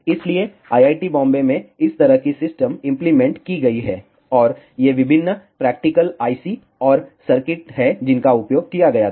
इसलिए IIT बॉम्बे में इस तरह की सिस्टम इंप्लीमेंट की गई है और ये विभिन्न प्रैक्टिकल IC और सर्किट हैं जिनका उपयोग किया गया था